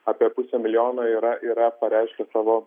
apie pusė milijono yra yra pareiškę savo